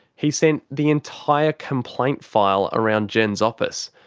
he sent the entire complaint file around jen's office.